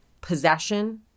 possession